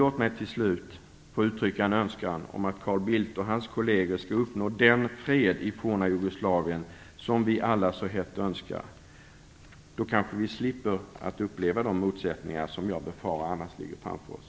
Låt mig till slut få uttrycka en önskan om att Carl Bildt och hans kolleger skall uppnå den fred i forna Jugoslavien som vi alla så hett önskar. Då kanske vi slipper uppleva de motsättningar som jag annars befarar ligger framför oss.